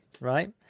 right